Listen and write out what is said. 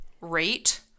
rate